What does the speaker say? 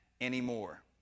anymore